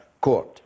court